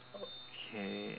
okay